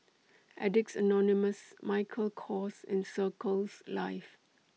Addicts Anonymous Michael Kors and Circles Life